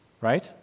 right